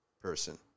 person